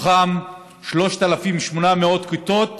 ומתוכן 3,800 כיתות